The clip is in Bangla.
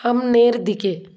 সামনের দিকে